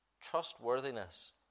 trustworthiness